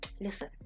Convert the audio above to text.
Listen